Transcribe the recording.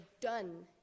done